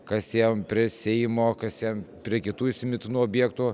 kas ėjom prie seimo kas ėjom prie kitų įsimintinų objektų